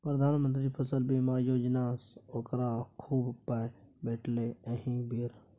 प्रधानमंत्री फसल बीमा योजनासँ ओकरा खूब पाय भेटलै एहि बेर